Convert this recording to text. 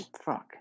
fuck